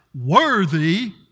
worthy